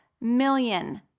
million